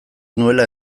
nuela